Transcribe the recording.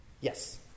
yes